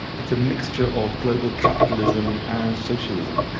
it's a mixture of global capitalism and socialism.